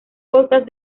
costas